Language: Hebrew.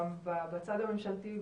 בצד הממשלתי,